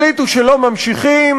החליטו שלא ממשיכים,